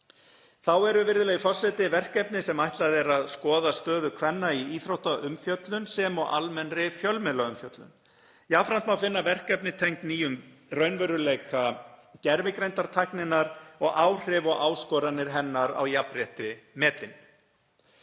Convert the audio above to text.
Þá eru verkefni sem ætlað er að skoða stöðu kvenna í íþróttaumfjöllun sem og almennri fjölmiðlaumfjöllun. Jafnframt má finna verkefni tengd nýjum raunveruleika gervigreindartækninnar og áhrif og áskoranir hennar á jafnrétti metin.